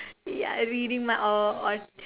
ya reading mind or or